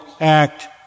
act